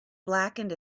blackened